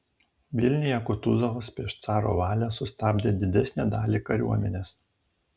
vilniuje kutuzovas prieš caro valią sustabdė didesnę dalį kariuomenės